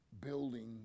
building